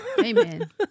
amen